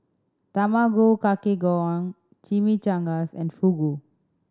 Tamago Kake Gohan Chimichangas and Fugu